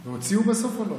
הם הוציאו בסוף או לא?